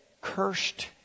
cursed